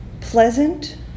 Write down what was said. pleasant